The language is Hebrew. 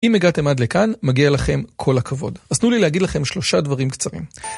אם הגעתם עד לכאן, מגיע לכם כל הכבוד. אז תנו לי להגיד לכם שלושה דברים קצרים.